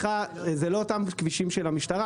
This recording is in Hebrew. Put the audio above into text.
סליחה, אלה לא אותם כבישים של המשטרה.